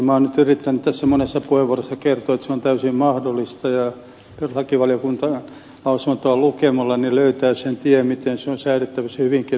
minä olen yrittänyt monessa puheenvuorossani kertoa että se on täysin mahdollista ja perustuslakivaliokunnan lausuntoa lukemalla löytää sen tien miten se on säädettävissä hyvinkin nopeasti